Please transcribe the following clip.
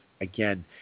again